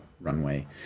runway